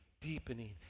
Deepening